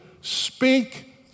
speak